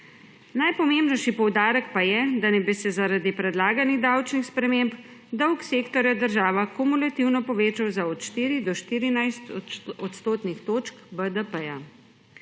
Najpomembnejši poudarek pa je, da naj bi se zaradi predlaganih davčnih sprememb dolg sektorja država kumulativno povečal za od 4 do 14 odstotnih točk BDP.